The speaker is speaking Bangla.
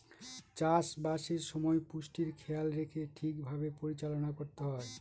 চাষবাসের সময় পুষ্টির খেয়াল রেখে ঠিক ভাবে পরিচালনা করতে হয়